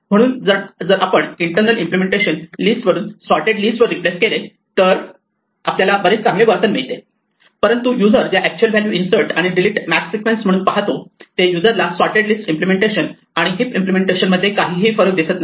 म्हणून जर आपण इंटरनल इम्पलेमेंटेशन लिस्ट वरून सॉर्टेड लिस्ट वर रिप्लेस केले तर आपल्याला बरेच चांगले वर्तन मिळते परंतु यूजर ज्या अक्च्युअल व्हॅल्यू इन्सर्ट आणि डिलीट मॅक्स सिक्वेन्स म्हणून पाहतो ते युजरला सॉर्टेड लिस्ट इम्पलेमेंटेशन आणि हिप इम्पलेमेंटेशन मध्ये काहीही फरक दिसत नाही